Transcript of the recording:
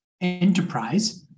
Enterprise